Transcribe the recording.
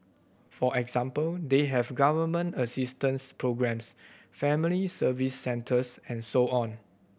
for example they have Government assistance programmes family Service Centres and so on